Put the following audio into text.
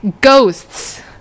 ghosts